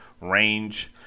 range